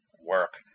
work